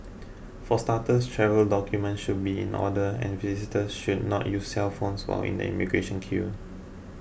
for starters travel documents should be in order and visitors should not use cellphones while in the immigration queue